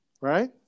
Right